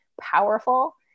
powerful